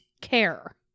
care